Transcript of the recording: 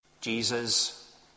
Jesus